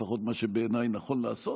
מה שבעיניי, לפחות, נכון לעשות.